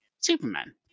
Superman